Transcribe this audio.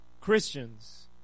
Christians